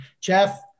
Jeff